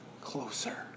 closer